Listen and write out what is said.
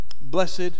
blessed